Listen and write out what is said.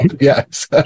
Yes